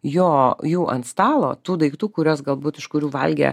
jo jų ant stalo tų daiktų kuriuos galbūt iš kurių valgė